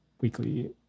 weekly